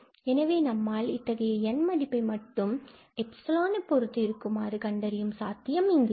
எனவே நம்மால் இத்தகைய N மதிப்பை மட்டும் எப்சிலோன் பொருத்து இருக்குமாறு கண்டறிய சாத்தியமில்லை